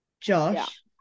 Josh